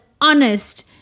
honest